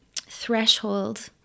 threshold